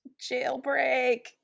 Jailbreak